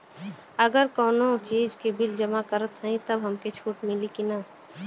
अगर कउनो चीज़ के बिल जमा करत हई तब हमके छूट मिली कि ना?